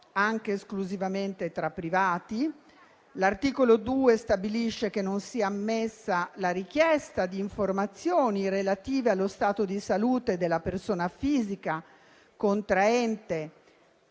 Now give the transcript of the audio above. anche esclusivamente tra privati. L'articolo 2 stabilisce che non sia ammessa la richiesta di informazioni relative allo stato di salute della persona fisica contraente